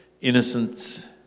innocence